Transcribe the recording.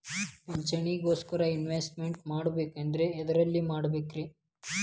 ಪಿಂಚಣಿ ಗೋಸ್ಕರ ಇನ್ವೆಸ್ಟ್ ಮಾಡಬೇಕಂದ್ರ ಎದರಲ್ಲಿ ಮಾಡ್ಬೇಕ್ರಿ?